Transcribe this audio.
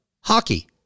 hockey